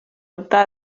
optar